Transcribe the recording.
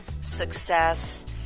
success